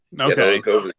Okay